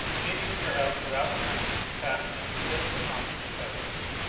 meetings were held throughout the country fastening this upon the confederacy.